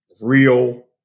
real